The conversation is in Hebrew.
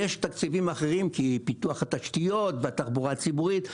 יש תקציבים אחרים כי פיתוח התשתיות והתחבורה הציבורית,